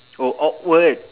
oh awkward